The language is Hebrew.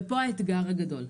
כאן האתגר הגדול.